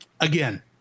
Again